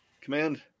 Command